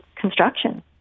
construction